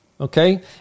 okay